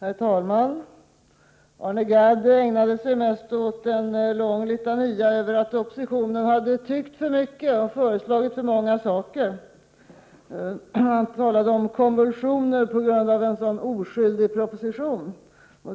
Herr talman! Arne Gadd ägnade sig mest åt en lång litania över att oppositionen hade tyckt för mycket och föreslagit för många saker. Han talade om konvulsioner på grund av en så oskylott säga.